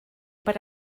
per